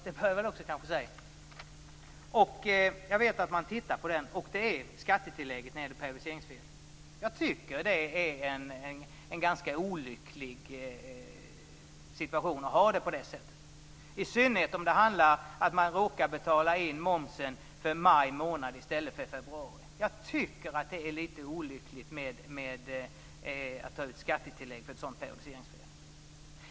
Det skall nog också sägas. Det gäller skattetillägget för periodiseringsfel. Det är en ganska olycklig situation, i synnerhet om man råkar betala in momsen för maj månad i stället för februari. Det är lite olyckligt att ta ut skattetillägg för ett sådant periodiseringsfel.